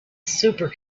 super